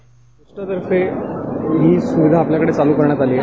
पोस्टातर्फे ही सुविधा आपल्याकडे सुरु करण्यात आली आहे